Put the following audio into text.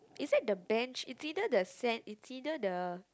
is it the bench it's either the sand it's either the